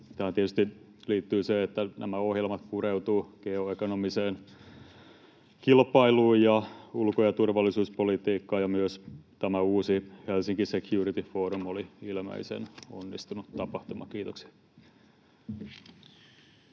Tähän tietysti liittyy se, että nämä ohjelmat pureutuvat geoekonomiseen kilpailuun ja ulko- ja turvallisuuspolitiikkaan, ja myös uusi Helsinki Security Forum oli ilmeisen onnistunut tapahtuma. — Kiitoksia.